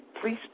please